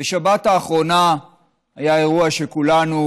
בשבת האחרונה היה אירוע שכולנו